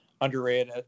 underrated